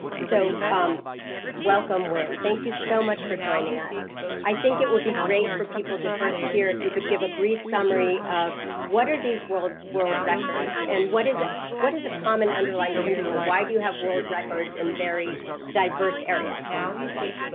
so um welcome wynn. thank you so much for joining us i think it would be great for people to first hear if you could give a brief summary of what are these world world records? and what is what is a common underlying principle? why do you have world records in very diverse areas? thank you.